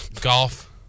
Golf